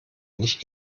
nicht